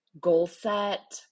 goal-set